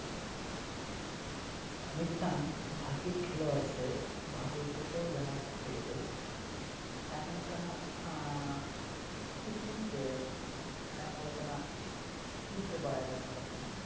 ᱢᱤᱫᱴᱟᱝ ᱵᱷᱟᱜᱮ ᱠᱷᱮᱞᱳᱣᱟᱲ ᱥᱮ ᱵᱷᱟᱜᱮ ᱠᱳᱪᱟᱨ ᱵᱮᱱᱟᱣ ᱠᱚᱨᱛᱮ ᱜᱮᱞᱮ ᱟᱭᱢᱟ ᱞᱮᱠᱟᱱᱟᱜ ᱴᱤᱠᱱᱤᱠ ᱥᱮ ᱟᱭᱢᱟ ᱞᱮᱠᱟᱱᱟᱜ ᱥᱠᱤᱞ ᱠᱚ ᱵᱟᱰᱟᱭ ᱫᱚᱨᱠᱟᱨᱚᱜ ᱠᱟᱱᱟ